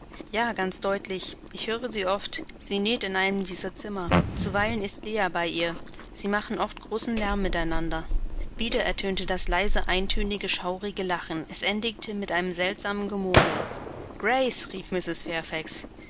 ja ganz deutlich ich höre sie oft sie näht in einem dieser zimmer zuweilen ist leah bei ihr sie machen oft großen lärm miteinander wiederum ertönte das leise eintönige schaurige lachen es endigte mit einem seltsamen gemurmel grace rief mrs